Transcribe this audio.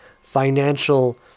financial